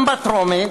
גם בטרומית